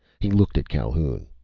he looked at calhoun.